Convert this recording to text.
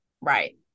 right